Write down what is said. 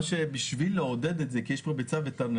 אבל כדי לעודד את זה כי יש כאן ביצה ותרנגולת,